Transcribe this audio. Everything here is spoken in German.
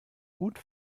gut